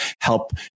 help